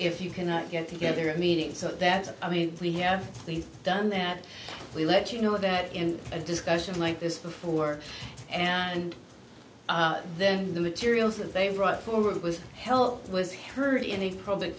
if you cannot get together a meeting so that i mean we have done that we let you know that in a discussion like this before and then the materials that they brought forward with help was heard in a p